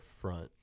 front